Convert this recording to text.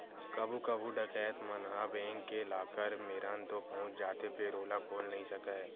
कभू कभू डकैत मन ह बेंक के लाकर मेरन तो पहुंच जाथे फेर ओला खोल नइ सकय